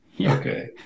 Okay